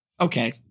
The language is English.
Okay